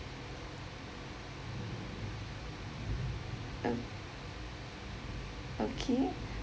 oh okay